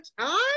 time